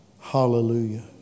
Hallelujah